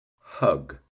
hug